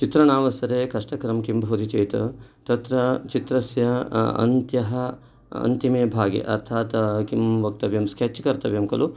चित्रणावसरे कष्टकरं किं भवति चेत् तत्र चित्रस्य अन्त्यः अन्तिमे भागे अर्थात् किं वक्तव्यं स्केच् कर्त्यंव्यं खलु